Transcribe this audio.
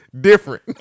Different